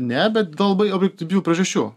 ne bet dėl labai objektyvių priežasčių